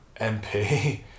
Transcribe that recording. MP